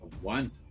one